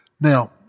Now